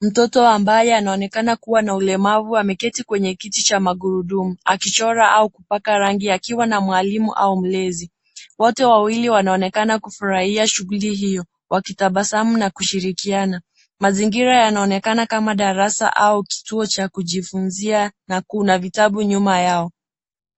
Mtoto ambaye anaonekana kuwa na ulemavu ameketi kwenye kiti cha magurudumu akichora au kupaka rangi akiwa na mwalimu au mlezi. Wote wawili wanaonekana kufurahia shughuli hiyo wakitabasamu na kushirikiana. Mazingira yanaonekana kama darasa au kituo cha kujifunzia na kuna vitabu nyuma yao.